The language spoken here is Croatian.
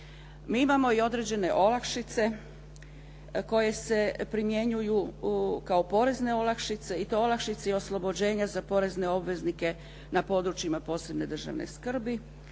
Mi imamo i određene olakšice koje se primjenjuju kao porezne olakšice i to olakšice i oslobođenja za porezne obveznike na područjima posebne državne skrbi,